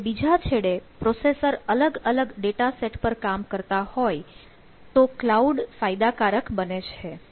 જ્યારે બીજા છેડે પ્રોસેસર અલગ અલગ ડેટા સેટ પર કામ કરતા હોય તો ક્લાઉડ ફાયદાકારક બને છે